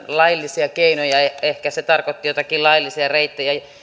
laillisia keinoja ehkä se tarkoitti joitakin laillisia reittejä